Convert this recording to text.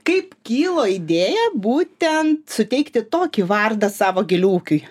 kaip kilo idėja būtent suteikti tokį vardą savo gėlių ūkiui